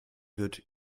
wird